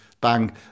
bang